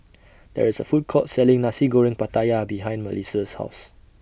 There IS A Food Court Selling Nasi Goreng Pattaya behind Melisa's House